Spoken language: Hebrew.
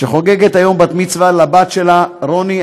שחוגגת היום בת מצווה לבת שלה רוני.